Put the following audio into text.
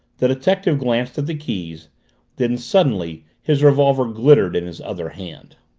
the detective glanced at the keys then, suddenly, his revolver glittered in his other hand.